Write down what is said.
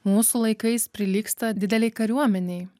mūsų laikais prilygsta didelei kariuomenei